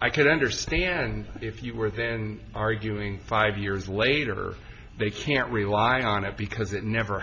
i could understand if you were then arguing five years later they can't rely on it because it never